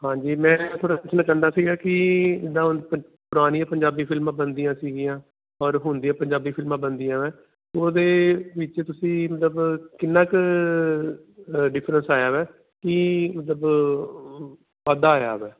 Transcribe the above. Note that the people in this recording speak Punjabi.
ਹਾਂਜੀ ਮੈਂ ਕਹਿੰਦਾ ਸੀਗਾ ਕਿ ਪੁਰਾਣੀਆਂ ਪੰਜਾਬੀ ਫਿਲਮਾਂ ਬਣਦੀਆਂ ਸੀਗੀਆਂ ਔਰ ਹੁੰਦੇ ਪੰਜਾਬੀ ਫਿਲਮਾਂ ਬਣਦੀਆਂ ਉਹਦੇ ਵਿੱਚ ਤੁਸੀਂ ਮਤਲਬ ਕਿੰਨਾ ਕੁ ਡਿਫਰੈਂਸ ਆਇਆ ਕਿ ਮਤਲਬ ਪਤਾ ਆ